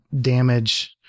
damage